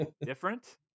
different